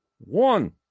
one